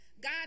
God